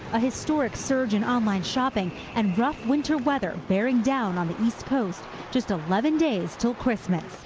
a historic surge in online shopping and rough winter weather baring down on the east coast just eleven days until christmas.